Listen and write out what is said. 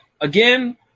Again